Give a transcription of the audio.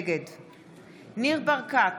נגד ניר ברקת,